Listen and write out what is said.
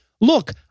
look